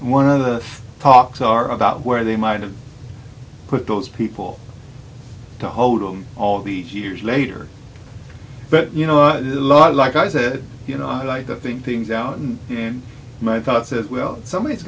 one of the talks are about where they might have put those people to hold them all these years later but you know a lot like i said you know i like to think things out and in my thoughts as well somebody